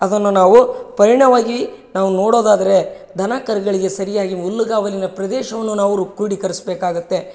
ಅದನ್ನು ನಾವು ಪರಿಣವಾಗಿ ನಾವು ನೋಡೋದಾದರೆ ದನ ಕರುಗಳಿಗೆ ಸರಿಯಾಗಿ ಹುಲ್ಲುಗಾವಲಿನ ಪ್ರದೇಶವನ್ನು ನಾವು ರೂ ಕ್ರೋಡೀಕರ್ಸ್ಬೇಕಾಗತ್ತೆ